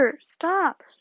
stop